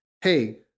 Hey